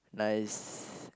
nice